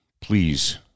please